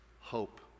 hope